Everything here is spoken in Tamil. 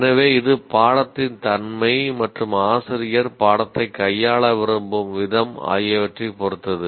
எனவே இது பாடத்தின் தன்மை மற்றும் ஆசிரியர் பாடத்தை கையாள விரும்பும் விதம் ஆகியவற்றைப் பொறுத்தது